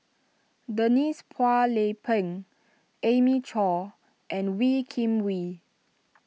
Denise Phua Lay Peng Amy Chore and Wee Kim Wee